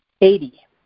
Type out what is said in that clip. Eighty